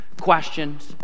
questions